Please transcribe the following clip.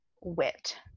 wit